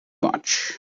much